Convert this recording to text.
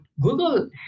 Google